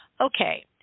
Okay